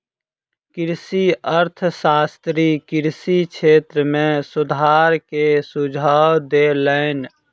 कृषि अर्थशास्त्री कृषि क्षेत्र में सुधार के सुझाव देलैन